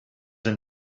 and